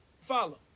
follow